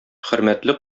хөрмәтле